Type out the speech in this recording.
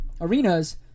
arenas